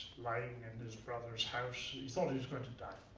lying in his brother's house. he thought he was going to die.